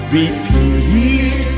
repeat